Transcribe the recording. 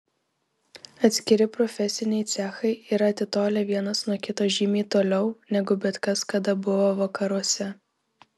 atskiri profesiniai cechai yra atitolę vienas nuo kito žymiai toliau negu bet kada buvo vakaruose